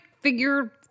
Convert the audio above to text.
figure